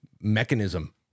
mechanism